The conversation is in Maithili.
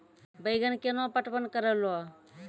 बैंगन केना पटवन करऽ लो?